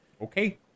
Okay